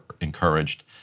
encouraged